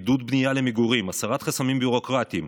עידוד בנייה למגורים והסרת חסמים ביורוקרטיים,